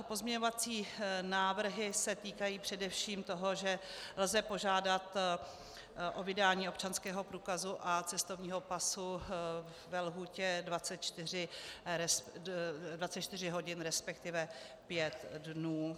Pozměňovací návrhy se týkají především toho, že lze požádat o vydání občanského průkazu a cestovního pasu ve lhůtě 24 hodin, respektive pět dnů.